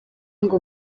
ngo